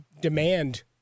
demand